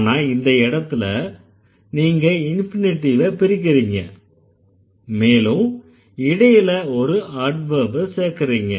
ஆனா இந்த இடத்துல நீங்க இன்ஃபினிட்டிவ பிரிக்கறீங்க மேலும் இடையில ஒரு அட்வெர்ப் சேக்கறீங்க